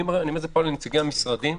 אני אומר את זה לנציגי המשרדים: